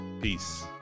Peace